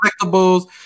collectibles